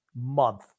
month